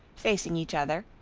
facing each other,